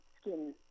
skin